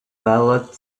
ballot